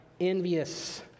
envious